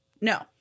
No